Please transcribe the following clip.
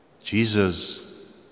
Jesus